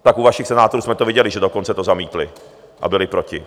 Tak u vašich senátorů jsme to viděli, že dokonce to zamítli a byli proti.